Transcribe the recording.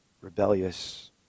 rebellious